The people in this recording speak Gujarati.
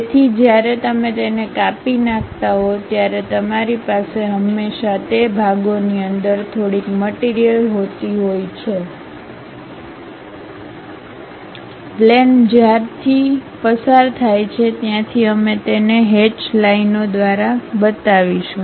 તેથી જ્યારે તમે તેને કાપી નાંખતા હો ત્યારે તમારી પાસે હંમેશા તે ભાગોની અંદર થોડીક મટીરીયલ હોતી હોય છે પ્લેન જ્યાંથી પસાર થાય છે ત્યાંથી અમે તેને હેચ લાઇનો દ્વારા બતાવીશું